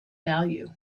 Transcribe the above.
value